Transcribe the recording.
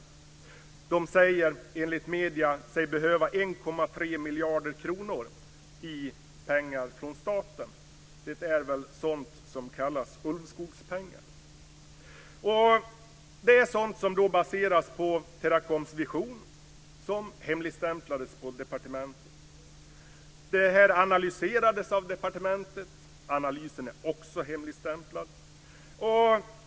Företaget säger sig, enligt medierna, behöva 1,3 miljarder kronor från staten. Det är väl sådant som kallas Ulvskogspengar. Detta baseras på Teracoms vision, som hemligstämplades på departementet. Detta analyserades av departementet. Analysen är också hemligstämplad.